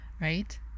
right